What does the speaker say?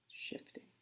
shifting